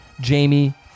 Jamie